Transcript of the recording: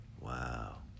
Wow